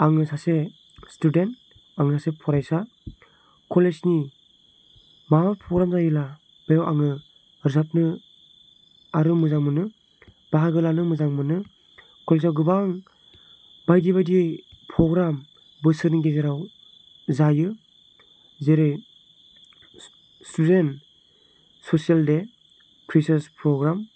आङो सासे स्टुडेन्ट आं सासे फरायसा कलेजनि माबा प्रग्राम जायोब्ला बेयाव आङो रोजाबनो मोजां मोनो बाहागो लानो मोजां मोनो कलेजाव गोबां बायदि बायदि पग्राम बोसोरनि गेजेराव जायो जेरै student social day freshers programme